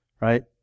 right